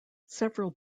several